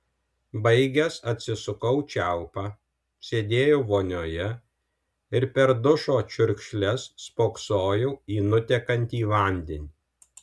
baigęs atsisukau čiaupą sėdėjau vonioje ir per dušo čiurkšles spoksojau į nutekantį vandenį